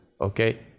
Okay